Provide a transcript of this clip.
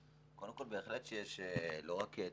קודם כול, בהחלט יש לא רק תכלול,